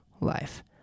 life